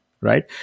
right